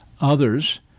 Others